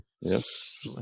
Yes